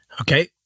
Okay